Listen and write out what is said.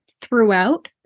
throughout